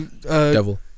Devil